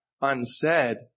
unsaid